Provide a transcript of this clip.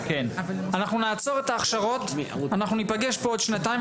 אנחנו נותנים תמיכה חינוכית לקבוצה של קרוב ל-400 תלמידים.